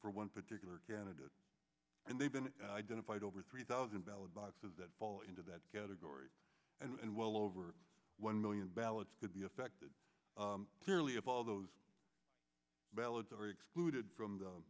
for one particular candidate and they've been identified over three thousand ballot boxes that fall into that category and well over one million ballots could be affected clearly of all those ballots are excluded from the